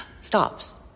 stops